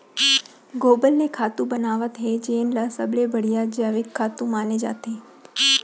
गोबर ले खातू बनावत हे जेन ल सबले बड़िहा जइविक खातू माने जाथे